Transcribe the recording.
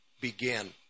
begin